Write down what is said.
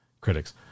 critics